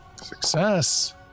success